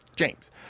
James